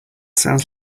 sounds